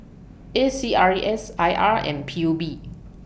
A C R E S I R and P U B